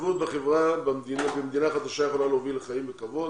השתלבות בחברה במדינה חדשה יכולה להוביל לחיים בכבוד,